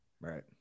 Right